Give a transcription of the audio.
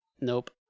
Nope